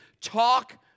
Talk